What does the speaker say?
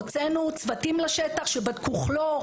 הוצאנו צוותים לשטח שבדקו כלור,